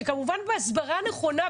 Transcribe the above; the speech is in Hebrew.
כמובן בהסברה נכונה,